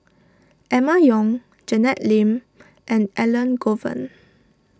Emma Yong Janet Lim and Elangovan